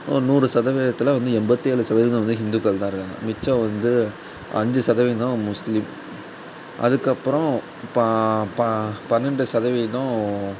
நூறு சதவீதத்தில் வந்து எம்பத்தேழு சதவீதம் வந்து ஹிந்துக்கள் தான் இருக்காங்க மிச்சம் வந்து அஞ்சு சதவீதம் தான் முஸ்லீம் அதுக்கப்புறம் பா பா பன்னெரெண்டு சதவீதம்